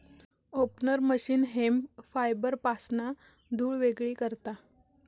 opener machine hemp फायबरपासना धुळ वेगळी करता